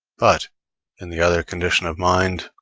but in the other condition of mind,